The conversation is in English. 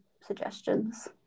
suggestions